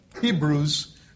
Hebrews